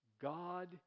God